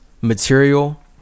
material